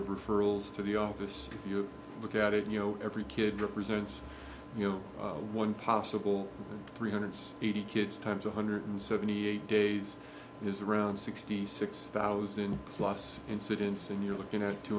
of referrals to the office if you look at it you know every kid represents you know one possible three hundred eighty kids times one hundred seventy eight days is around sixty six thousand plus incidence and you're looking at two